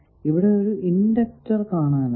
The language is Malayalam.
ഇവിടെ ഒരു ഇണ്ടക്ടർ കാണാനാകും